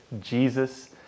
Jesus